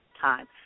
time